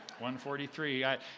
143